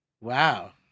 Wow